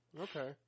Okay